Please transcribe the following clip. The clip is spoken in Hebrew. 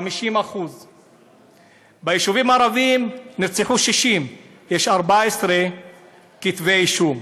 50%. ביישובים הערביים נרצחו 60. יש 14 כתבי אישום,